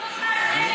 אתה עכשיו מדבר,